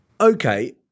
Okay